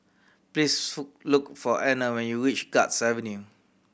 please look for Anner when you reach Guards Avenue